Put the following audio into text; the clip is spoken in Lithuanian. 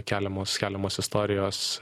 keliamos keliamos istorijos